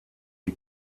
die